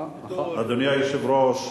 אדוני היושב-ראש,